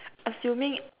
assuming